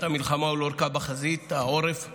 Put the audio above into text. המלחמה ולאורכה בחזית העורף האזרחית,